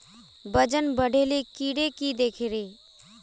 वजन बढे ले कीड़े की देके रहे?